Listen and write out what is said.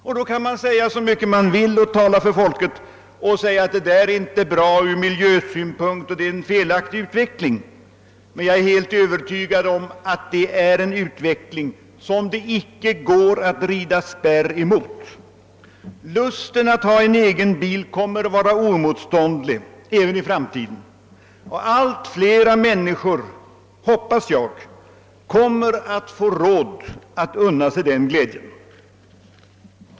Och man kan så mycket man vill tala om för folket att »det där är inte bra ur miljösynpunkt, det är en felaktig utveckling». Jag är övertygad om att det är en utveckling som det inte går att rida spärr mot. Lusten att ha en egen bil kommer att vara oemotståndlig även i framtiden och allt fler människor, hoppas jag, kommer att få råd att unna sig den glädjen.